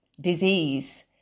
disease